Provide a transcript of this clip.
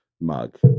mug